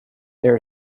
there